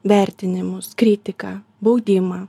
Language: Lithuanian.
vertinimus kritiką baudimą